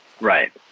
Right